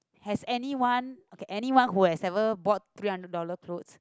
has anyone okay anyone who has ever bought three hundred dollars clothes